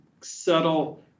subtle